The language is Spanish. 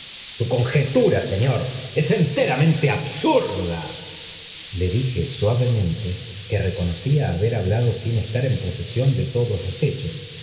su conjetura señor es enterad mente absurda v le dije suavemente que reconocía haber blado sin estar en posesión de todoa los hechos